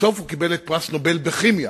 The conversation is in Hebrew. בסוף הוא קיבל פרס נובל בכימיה,